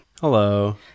Hello